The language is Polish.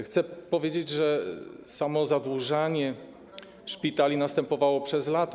Chcę powiedzieć, że samo zadłużanie szpitali następowało przez lata.